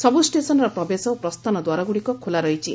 ସବୁ ଷ୍ଟେସନ୍ର ପ୍ରବେଶ ଓ ପ୍ରସ୍ଥାନ ଦ୍ୱାରଗୁଡ଼ିକ ଖୋଲା ରହିଛି